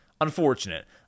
unfortunate